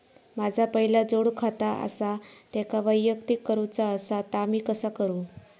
माझा पहिला जोडखाता आसा त्याका वैयक्तिक करूचा असा ता मी कसा करू?